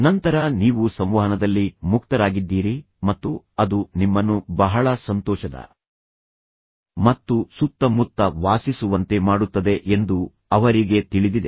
ನಂತರ ನೀವು ಸಂವಹನದಲ್ಲಿ ಮುಕ್ತರಾಗಿದ್ದೀರಿ ಮತ್ತು ಅದು ನಿಮ್ಮನ್ನು ಬಹಳ ಸಂತೋಷದ ಮತ್ತು ಸುತ್ತಮುತ್ತ ವಾಸಿಸುವಂತೆ ಮಾಡುತ್ತದೆ ಎಂದು ಅವರಿಗೆ ತಿಳಿದಿದೆ